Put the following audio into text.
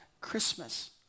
Christmas